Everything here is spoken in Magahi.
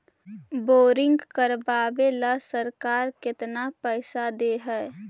बोरिंग करबाबे ल सरकार केतना पैसा दे है?